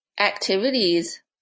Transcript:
activities